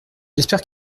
j’espère